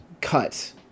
cut